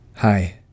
Hi